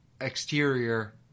exterior